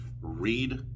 Read